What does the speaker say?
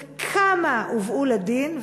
וכמה הובאו לדין?